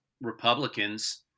Republicans